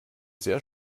sehr